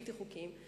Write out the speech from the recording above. בלתי חוקיים".